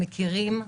מכירים,